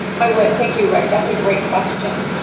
i would, thank you, rick. that's a great question.